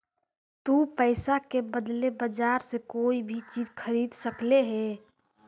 तु पईसा के बदले बजार से कोई भी चीज खरीद सकले हें